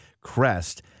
crest